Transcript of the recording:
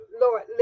Lord